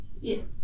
Yes